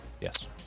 yes